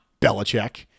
Belichick